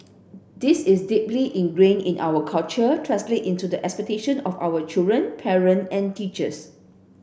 this is deeply ingrained in our culture translated into the expectation of our children parent and teachers